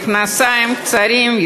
מכנסיים קצרים,